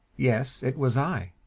yes, it was i.